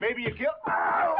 maybe i